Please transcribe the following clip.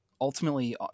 ultimately